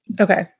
Okay